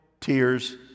tears